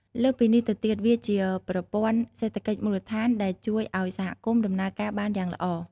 លើសពីនេះទៅទៀត វាជាប្រព័ន្ធសេដ្ឋកិច្ចមូលដ្ឋានដែលជួយឱ្យសហគមន៍ដំណើរការបានយ៉ាងល្អ។